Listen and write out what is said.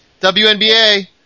WNBA